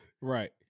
Right